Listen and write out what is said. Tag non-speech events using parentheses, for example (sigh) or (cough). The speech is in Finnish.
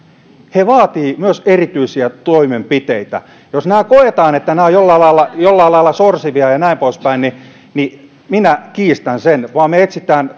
he vaativat myös erityisiä toimenpiteitä jos koetaan että nämä toimet ovat jollain lailla sorsivia ja ja näin poispäin niin minä kiistän sen me etsimme (unintelligible)